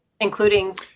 including